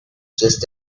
just